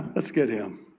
let's get him.